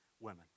women